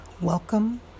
Welcome